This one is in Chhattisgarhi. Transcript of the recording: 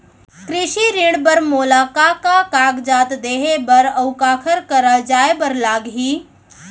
कृषि ऋण बर मोला का का कागजात देहे बर, अऊ काखर करा जाए बर लागही?